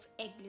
eggless